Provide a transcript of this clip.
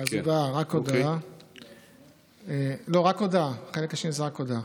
החלק השני זה רק הודעה.